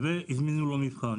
והזמינו לו מבחן,